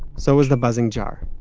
so was the buzzing jar.